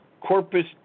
Corpus